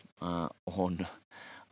on